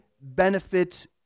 benefits